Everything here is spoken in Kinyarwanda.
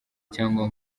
cyangwa